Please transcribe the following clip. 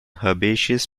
herbaceous